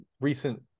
recent